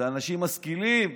זה אנשים משכילים.